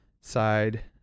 Side